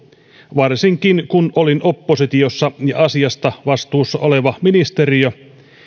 varsinkin kun olin oppositiossa ja asiasta vastuussa oleva ministeriö